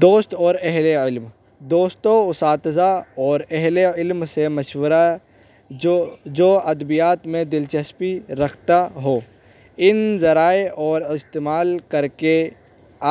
دوست اور اہل علم دوستوں اساتذہ اور اہل علم سے مشورہ جو جو ادبیات میں دلچسپی رکھتا ہو ان ذرائع اور استعمال کر کے